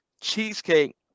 cheesecake